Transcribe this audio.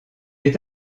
est